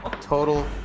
total